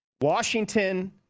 Washington